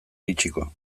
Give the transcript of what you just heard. iritsiko